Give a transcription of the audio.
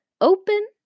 Open